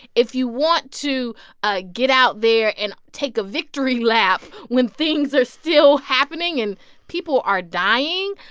if you want to ah get out there and take a victory lap when things are still happening and people are dying,